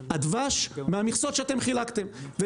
הדבש מהמכסות שאתם חילקתם,